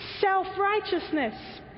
self-righteousness